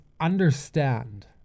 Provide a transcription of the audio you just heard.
understand